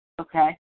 Okay